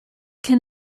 can